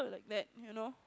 that you know